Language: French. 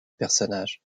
personnage